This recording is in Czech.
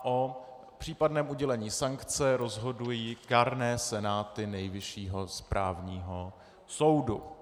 O případném udělení sankce rozhodují kárné senáty Nejvyššího správního soudu.